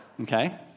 Okay